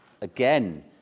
Again